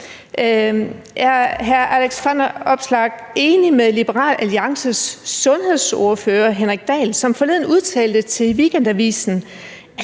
Er hr. Alex Vanopslagh enig med Liberal Alliances sundhedsordfører, Henrik Dahl? Han udtalte forleden til Weekendavisen: